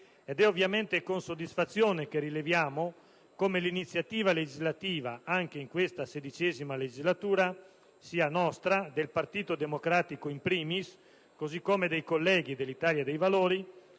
È ovviamente con soddisfazione che rileviamo come l'iniziativa legislativa anche in questa XVI legislatura sia nostra, del Partito Democratico *in primis*, così come dei colleghi dell'Italia dei Valori,